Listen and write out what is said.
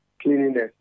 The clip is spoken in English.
cleanliness